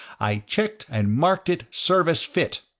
i checked and marked it service fit!